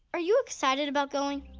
are you excited about going?